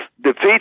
defeat